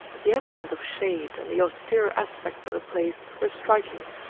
the absence of shade and the austere aspect of the place were striking.